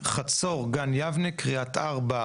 חצור, גן יבנה, קריית ארבע,